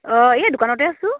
অঁ এই দোকানতে আছোঁ